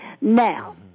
Now